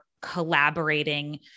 collaborating